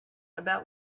about